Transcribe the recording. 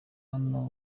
hano